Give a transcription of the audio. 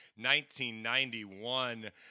1991